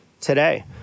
today